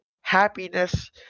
happiness